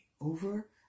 over